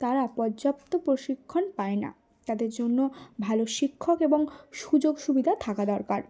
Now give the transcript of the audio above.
তারা পর্যাপ্ত প্রশিক্ষণ পায় না তাদের জন্য ভালো শিক্ষক এবং সুযোগ সুবিধা থাকা দরকার